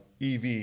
EV